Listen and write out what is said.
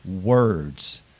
words